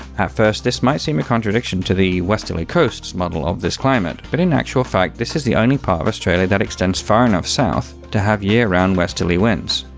first this might seem a contradiction to the westerly coasts model of this climate, but in actual fact, this is the only part of australia that extends far enough south to have year-round westerly winds.